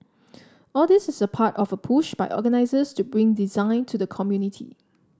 all this is part of push by organisers to bring design to the community